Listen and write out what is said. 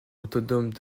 autonome